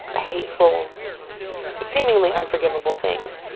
hateful seemingly unforgivable things.